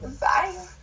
Bye